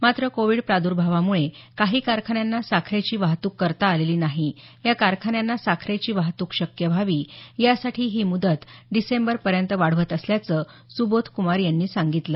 मात्र कोविड प्रादर्भावामुळे काही कारखान्यांना साखरेची वाहतुक करता आलेली नाही या कारखान्यांना साखरेची वाहतुक शक्य व्हावी यासाठी ही मुदत डिसेंबरपर्यंत वाढवत असल्याचं सुबोधकुमार यांनी सांगितलं